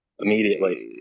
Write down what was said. immediately